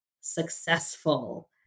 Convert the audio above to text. successful